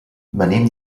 venim